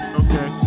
okay